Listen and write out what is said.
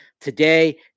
today